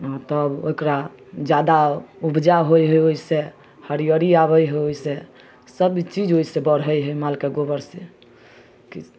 तब ओकरा जादा उपजा होइ हइ ओहिसँ हरिअरी आबै हइ ओहिसँ सबचीज ओहिसँ बढ़ै हइ मालके गोबर से कि